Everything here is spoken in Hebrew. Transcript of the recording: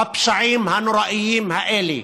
בפשעים הנוראיים האלה.